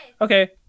okay